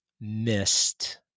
missed